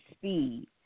speed